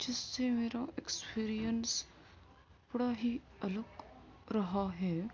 جس سے میرا ایکسپریئنس بڑا ہی الگ رہا ہے